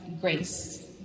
grace